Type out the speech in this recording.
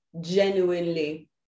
genuinely